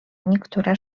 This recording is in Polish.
niektóre